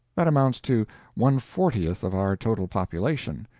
that amounts to one-fortieth of our total population.